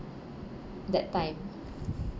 that time